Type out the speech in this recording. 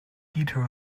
guitar